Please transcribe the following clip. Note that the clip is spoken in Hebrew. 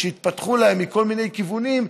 שהתפתחו להן מכל מיני כיוונים,